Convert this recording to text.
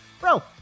bro